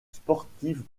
sportive